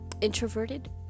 introverted